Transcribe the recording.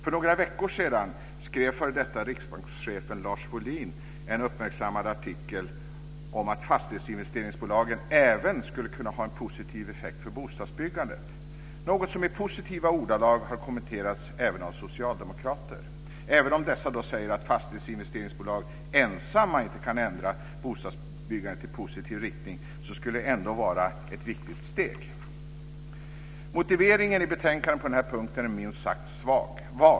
För några veckor sedan skrev f.d. riksbankschefen Lars Wohlin en uppmärksammad artikel om att fastighetsinvesteringsbolagen även skulle kunna ha en positiv effekt för bostadsbyggandet, något som i positiva ordalag har kommenterats även av socialdemokrater. Även om dessa säger att fastighetsinvesteringsbolag ensamma inte kan ändra bostadsbyggandet i positiv riktning skulle det ändå vara ett viktigt steg. Motiveringen i betänkandet på denna punkt är minst sagt vag.